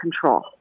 control